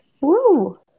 Woo